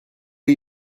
are